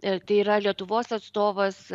tai yra lietuvos atstovas